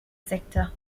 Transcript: sector